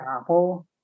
Apple